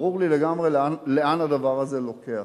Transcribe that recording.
ברור לי לגמרי לאן הדבר הזה לוקח.